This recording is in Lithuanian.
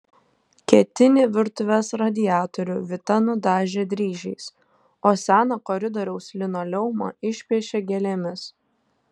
ketinį virtuvės radiatorių vita nudažė dryžiais o seną koridoriaus linoleumą išpiešė gėlėmis